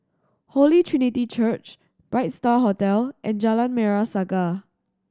Holy Trinity Church Bright Star Hotel and Jalan Merah Saga